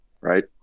right